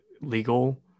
legal